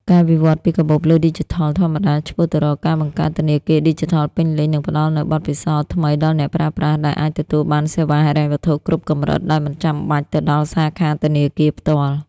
ការវិវត្តពីកាបូបលុយឌីជីថលធម្មតា ឆ្ពោះទៅរកការបង្កើតធនាគារឌីជីថលពេញលេញ នឹងផ្ដល់នូវបទពិសោធន៍ថ្មីដល់អ្នកប្រើប្រាស់ ដែលអាចទទួលបានសេវាហិរញ្ញវត្ថុគ្រប់កម្រិតដោយមិនចាំបាច់ទៅដល់សាខាធនាគារផ្ទាល់។